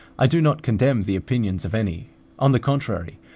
i do not condemn the opinions of any on the contrary,